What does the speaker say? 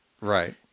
Right